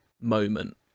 moment